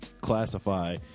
classify